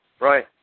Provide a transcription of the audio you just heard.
Right